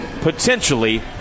potentially